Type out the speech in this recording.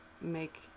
make